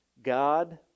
God